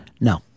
No